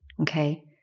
okay